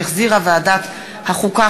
שהחזירה ועדת החוקה,